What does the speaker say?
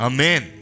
Amen